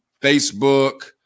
Facebook